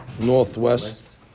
northwest